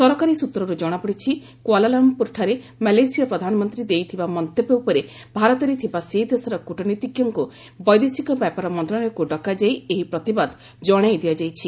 ସରକାରୀ ସୂତ୍ରରୁ କଣାପଡ଼ିଛି କୋଆଲାଲମ୍ପୁରଠାରେ ମାଲେସୀୟ ପ୍ରଧାନମନ୍ତ୍ରୀ ଦେଇଥିବା ମନ୍ତବ୍ୟ ଉପରେ ଭାରତରେ ଥିବା ସେ ଦେଶର କ୍ରଟନୀତିଜ୍ଞଙ୍କୁ ବୈଦେଶିକ ବ୍ୟାପାର ମନ୍ତ୍ରଣାଳୟକ୍ତ ଡକାଯାଇ ଏହି ପ୍ରତିବାଦ ଜଣାଇ ଦିଆଯାଇଛି